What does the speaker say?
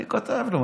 אני כותב לו.